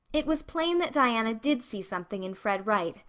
it was plain that diana did see something in fred wright,